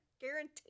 guarantee